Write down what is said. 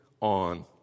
on